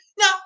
Now